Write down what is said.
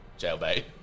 Jailbait